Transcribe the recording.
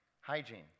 Hygiene